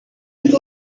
گفت